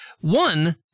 one